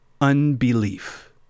unbelief